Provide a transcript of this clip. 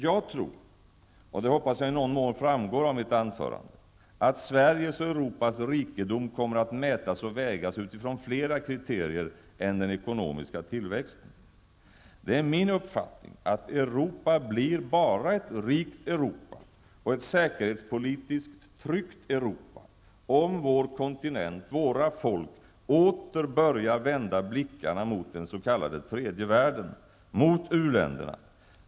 Jag tror -- och det hoppas jag i någon mån framgår av mitt anförande -- att Sveriges och Europas rikedom kommer att mätas och vägas utifrån flera kriterier än den ekonomiska tillväxten. Det är min uppfattning att Europa blir ett rikt Europa och ett säkerhetspolitiskt tryggt Europa, bara om vår kontinent, våra folk, åter börjar vända blickarna mot den s.k. tredje världen, mot uländerna.